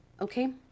Okay